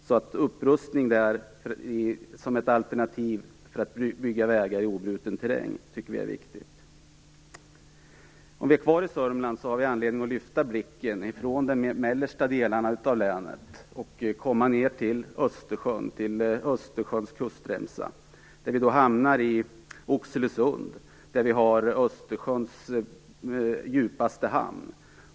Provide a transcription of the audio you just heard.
Vi tycker alltså att det viktigt med upprustning som ett alternativ till anläggning av vägar i obruten terräng. Från de mellersta delarna av Södermanland kan vi rikta blicken mot kustremsan mot Östersjön och hamna i Oxelösund, som har Östersjöns djupaste hamn.